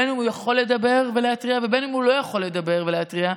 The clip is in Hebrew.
בין שהוא יכול לדבר ולהתריע ובין שהוא לא יכול לדבר ולהתריע,